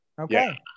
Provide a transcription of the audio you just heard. okay